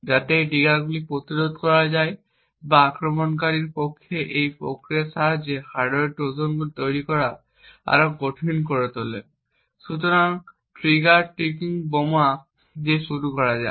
যাতে এই ট্রিগারগুলি প্রতিরোধ করা যায় বা আক্রমণকারীর পক্ষে এই প্রক্রিয়ার সাহায্যে হার্ডওয়্যার ট্রোজান তৈরি করা কঠিন করে তোলে। সুতরাং ট্রিগার টিকিং টাইম বোমা দিয়ে শুরু করা যাক